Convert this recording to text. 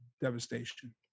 devastation